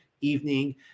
evening